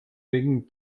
wegen